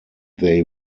they